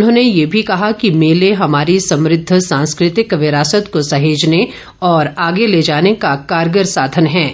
उन्होंने ये भी कहा कि मेले हमारी समृद्व सांस्कृतिक विरासत को सहेजने और आगे ले जाने का कारगर साधन है